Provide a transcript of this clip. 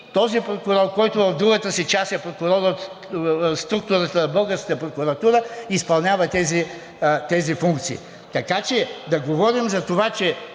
този прокурор, който в другата си част е в структурата на българската прокуратура, изпълнява тези функции. Така че да говорим за това, че